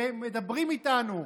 ומדברים איתנו,